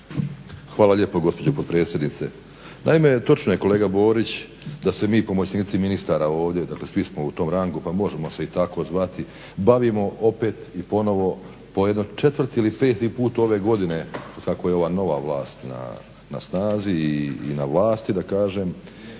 Hvala lijepo gospođo potpredsjednice. Naime, točno je kolega Borić da se mi pomoćnici ministara ovdje, dakle svi smo u tom rangu, pa možemo se i tako zvati, bavimo opet i ponovno po jedno 4 ili 5 put ove godine, od kako je ova nova vlast na snazi i na vlasti da kažem,